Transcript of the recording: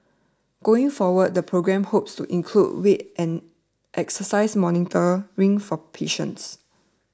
going forward the programme hopes to include weight and exercise monitoring for patients